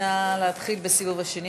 נא להתחיל בסיבוב השני,